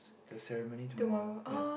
the ceremony tomorrow ya